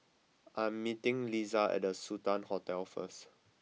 I am meeting Liza at The Sultan Hotel first